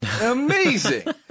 amazing